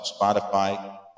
Spotify